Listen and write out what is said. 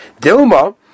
Dilma